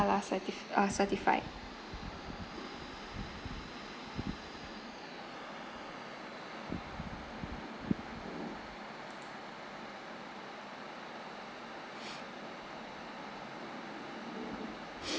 certi~ uh certified